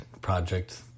project